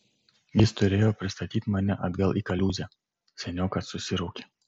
jis turėjo pristatyti mane atgal į kaliūzę seniokas susiraukė